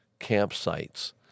campsites